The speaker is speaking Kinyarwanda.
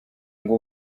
ngo